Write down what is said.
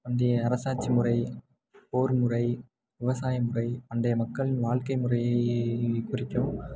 முந்தைய அரசாட்சி முறை போர் முறை விவசாய முறை பண்டைய மக்களின் வாழ்க்கை முறையை குறிக்கும்